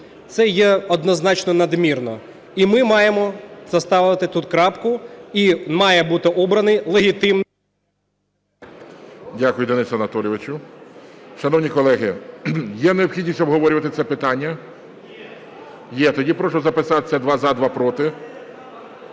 це є однозначно надмірно. І ми маємо поставити тут крапку, і має бути обраний легітимний… ГОЛОВУЮЧИЙ. Дякую, Денисе Анатолійовичу. Шановні колеги, є необхідність обговорювати це питання? Є. Тоді прошу записатися, два – за, два – проти.